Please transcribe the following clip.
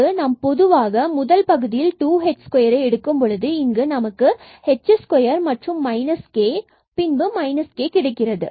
பின்பு நாம் பொதுவாக முதல் பகுதியில் இருந்து 2h2 எடுக்கும் பொழுது இங்கு நமக்கு h2 and k பிறகு k கிடைக்கப் பெறுகிறது